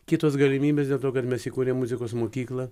kitos galimybės dėl to kad mes įkūrėm muzikos mokyklą